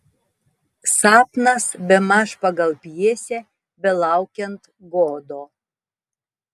sapnas bemaž pagal pjesę belaukiant godo